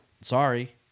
Sorry